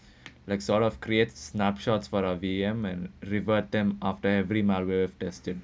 like sort of create snapshots for rum and revert them after every malware testing